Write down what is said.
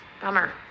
Bummer